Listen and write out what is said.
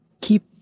keep